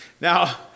Now